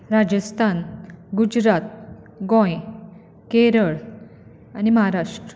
राजस्थान गुजरात गोंय केरळ आनी महाराष्ट्र